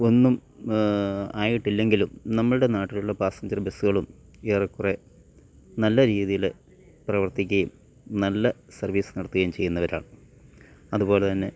ഒന്നും ആയിട്ടില്ലെങ്കിലും നമ്മളുടെ നാട്ടിലുള്ള പാസഞ്ചർ ബെസ്സ്കളും ഏറെ കുറെ നല്ല രീതീൽ പ്രവർത്തിക്കേം നല്ല സർവ്വീസ് നടത്ത്കേം ചെയ്യുന്നവരാണ് അത്പോലെ തന്നെ